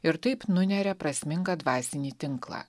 ir taip nuneria prasmingą dvasinį tinklą